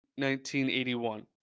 1981